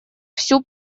всю